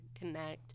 connect